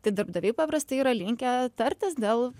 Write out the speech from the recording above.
tai darbdaviai paprastai yra linkę tartis dėl